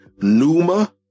numa